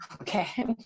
okay